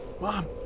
Mom